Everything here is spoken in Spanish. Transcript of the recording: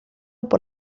por